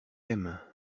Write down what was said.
aimes